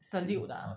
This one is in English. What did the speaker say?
salute ah